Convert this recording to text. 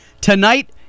tonight